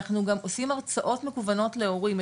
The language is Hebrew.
אנחנו גם עושים הרצאות מקוונות להורים,